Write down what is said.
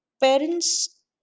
parents